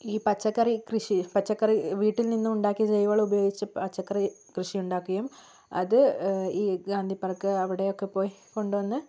ഈ പച്ചക്കറി കൃഷി പച്ചക്കറി വീട്ടിൽ നിന്നും ഉണ്ടാക്കി ജൈവവളം ഉപയോഗിച്ച് പച്ചക്കറി കൃഷി ഉണ്ടാക്കുകയും അത് ഈ ഗാന്ധി പാർക്ക് അവിടെയൊക്കെ പോയി കൊണ്ടുവന്ന്